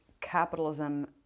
capitalism